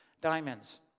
diamonds